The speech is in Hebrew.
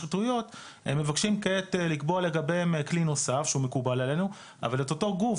אנחנו אומרים: נחיל את זה על אותה קבוצה.